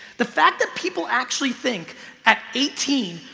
the fact that people actually think at eighteen,